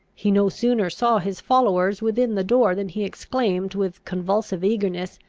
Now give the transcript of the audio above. he no sooner saw his followers within the door, than he exclaimed, with convulsive eagerness,